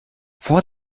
vor